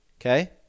Okay